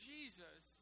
Jesus